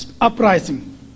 Uprising